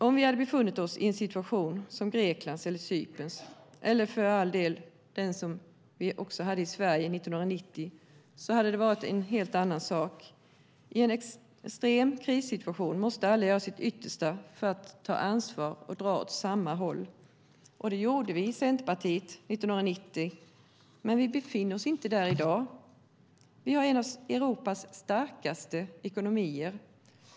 Om vi hade befunnit oss i en situation som Greklands eller Cyperns, eller för all del Sveriges 1990, hade det varit en helt annan sak. I en extrem krissituation måste alla göra sitt yttersta för att ta ansvar och dra åt samma håll. Det gjorde vi i Centerpartiet 1990. Men vi befinner oss inte där i dag. Vi har en av Europas starkaste ekonomier.